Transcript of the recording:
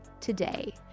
today